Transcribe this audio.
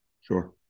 sure